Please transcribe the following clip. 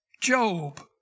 Job